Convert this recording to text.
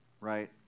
Right